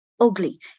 ugly